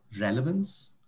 relevance